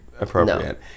appropriate